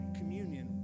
communion